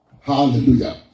Hallelujah